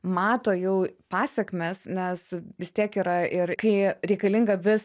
mato jau pasekmes nes vis tiek yra ir kai reikalinga vis